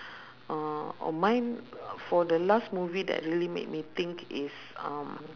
uh oh mine for the last movie that really make me think is um